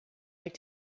like